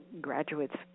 graduates